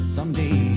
Someday